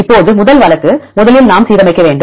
இப்போது முதல் வழக்கு முதலில் நாம் சீரமைக்க வேண்டும்